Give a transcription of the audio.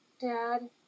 Dad